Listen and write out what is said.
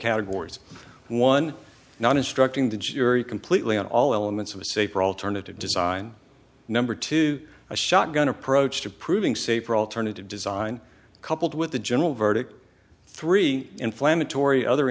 categories one not instructing the jury completely on all elements of a safer alternative design number two a shotgun approach to proving safer alternative design coupled with a general verdict three inflammatory other